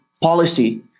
policy